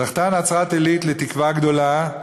זכתה נצרת-עילית לתקווה גדולה,